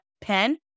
pen